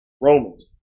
Romans